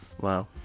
Wow